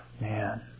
Man